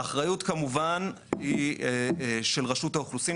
האחריות כמובן היא של רשות האוכלוסין,